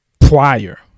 prior